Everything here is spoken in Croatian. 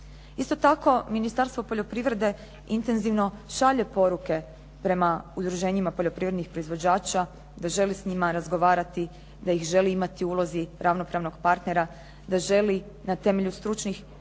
Isto tako Ministarstvo poljoprivrede intenzivno šalje poruke prema udruženjima poljoprivrednih proizvođača da želi s njima razgovarati da ih želi imati u ulozi ravnopravnog partnera, da želi na temelju stručnih